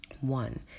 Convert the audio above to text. One